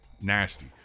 nasty